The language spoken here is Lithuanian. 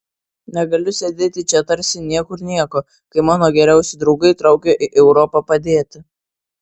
negaliu sėdėti čia tarsi niekur nieko kai mano geriausi draugai traukia į europą padėti